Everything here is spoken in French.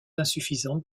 insuffisante